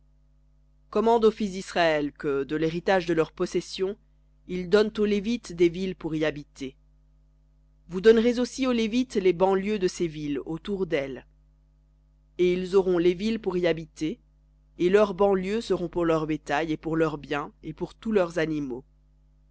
commande aux fils d'israël que de l'héritage de leur possession ils donnent aux lévites des villes pour y habiter vous donnerez aussi aux lévites les banlieues de ces villes autour delles et ils auront les villes pour y habiter et leurs banlieues seront pour leur bétail et pour leurs biens et pour tous leurs animaux